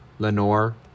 Lenore